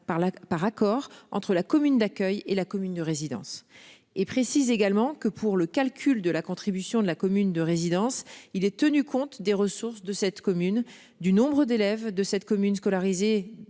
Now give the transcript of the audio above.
par accord entre la commune d'accueil et la commune de résidence et précise également que pour le calcul de la contribution de la commune de résidence. Il est tenu compte des ressources de cette commune du nombre d'élèves de cette commune scolarisé